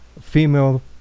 female